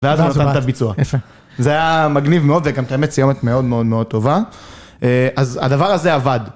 ואז הוא נותן את הביצוע, זה היה מגניב מאוד וגם את האמת סיומת מאוד מאוד מאוד טובה, אז הדבר הזה עבד.